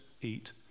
eat